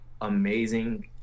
amazing